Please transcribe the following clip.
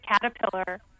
caterpillar